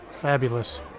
Fabulous